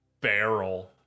barrel